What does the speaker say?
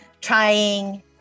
trying